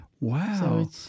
Wow